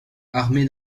armé